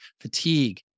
fatigue